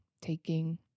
taking